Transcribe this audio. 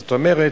זאת אומרת,